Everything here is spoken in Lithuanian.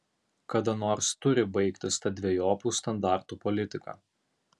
kada nors turi baigtis ta dvejopų standartų politika